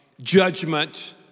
judgment